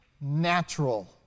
natural